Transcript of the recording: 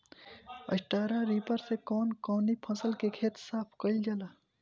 Straw reaper से कवन कवनी फसल के खेत साफ कयील जाला?